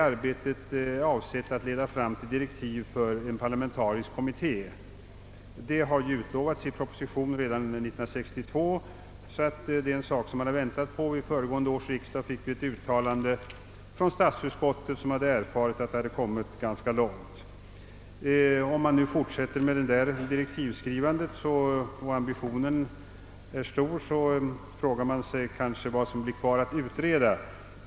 Arbetet är avsett att leda fram till direktiv för en parlamentarisk kommitté. Det utlovades i en proposition redan år 1962 och är därför en sak man länge väntat på. Vid föregående års riksdag meddelade statsutskottet, att det hade erfarit att arbetet härmed framskridit ganska långt. Om nu detta direktivskrivande fortsätter och ambitionen är stor, kan man fråga sig vad som blir kvar att utreda.